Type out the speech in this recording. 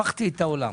הפכתי את העולם.